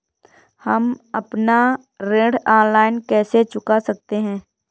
हम अपना ऋण ऑनलाइन कैसे चुका सकते हैं?